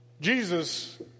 Jesus